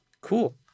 cool